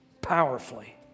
powerfully